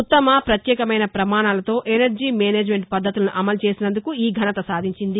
ఉత్తమ ప్రత్యేకమైన ప్రమాణాలతో ఎనర్జీ మేనేజ్మెంట్ పద్దతులను అమలు చేసిసందుకు ఈ ఘనత సాధించింది